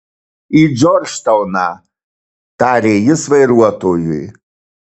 į džordžtauną tarė jis vairuotojui